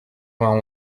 vingt